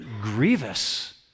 grievous